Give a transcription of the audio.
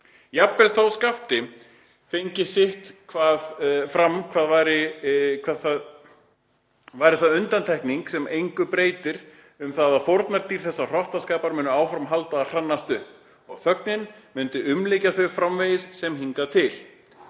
Jafnvel þó Skafti fengi sitt fram væri það undantekning sem engu breytir um það að fórnardýr þessa hrottaskapar mundu halda áfram að hrannast upp. Og þögnin mundi umlykja þau framvegis sem hingaðtil.